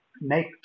Make